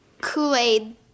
Kool-Aid